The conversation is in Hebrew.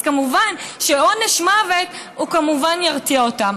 אז כמובן שעונש מוות הוא כמובן ירתיע אותם.